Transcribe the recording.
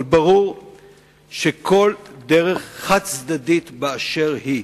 אבל ברור שכל דרך חד-צדדית באשר היא,